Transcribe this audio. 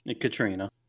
Katrina